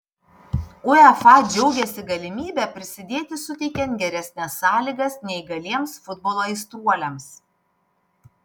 uefa džiaugiasi galimybe prisidėti suteikiant geresnes sąlygas neįgaliems futbolo aistruoliams